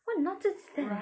what nonsense is that